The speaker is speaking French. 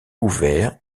ouverts